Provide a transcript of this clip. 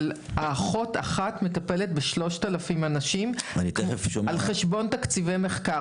אבל אחות אחת מטפלת ב-3,000 אנשים על חשבון תקציבי מחקר,